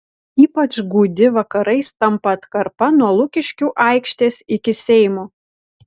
ypač gūdi vakarais tampa atkarpa nuo lukiškių aikštės iki seimo